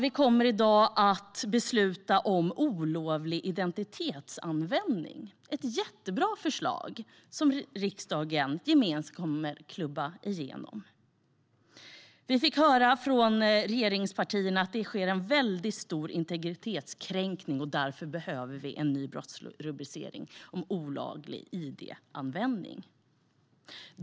Vi kommer i dag att besluta om olovlig identitetsanvändning, ett jättebra förslag som riksdagen gemensamt kommer att klubba igenom. Vi fick höra från regeringspartierna att det sker en väldigt stor integritetskränkning, och därför behöver vi en ny brottsrubricering om olaglig id-användning.